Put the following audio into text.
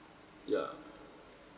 ya